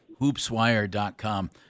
Hoopswire.com